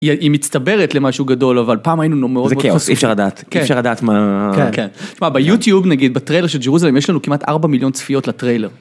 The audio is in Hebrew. היא מצטברת למשהו גדול, אבל פעם היינו מאוד חוסים. זה כאוס, אי אפשר לדעת, אי אפשר לדעת מה... תשמע, ביוטיוב נגיד, בטריילר של ג'רוזלם, יש לנו כמעט 4 מיליון צפיות לטריילר.